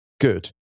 good